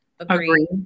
Agree